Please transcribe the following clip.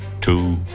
two